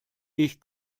ich